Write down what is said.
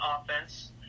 offense